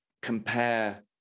compare